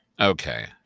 Okay